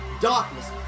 darkness